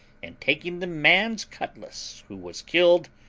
and taking the man's cutlass who was killed,